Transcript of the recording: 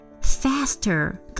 Faster